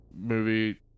movie